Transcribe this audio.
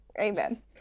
Amen